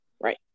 Right